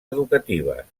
educatives